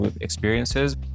experiences